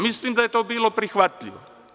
Mislim da je to bilo prihvatljivo.